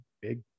big